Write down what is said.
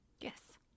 Yes